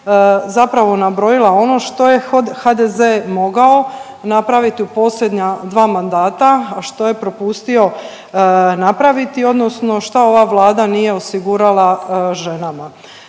zapravo nabrojila ono što je HDZ mogao napraviti u posljednja dva mandata, a što je propustio napraviti odnosno šta ova Vlada nije osigurala ženama.